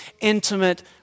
intimate